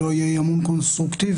לא יהיה אי-אמון קונסטרוקטיבי,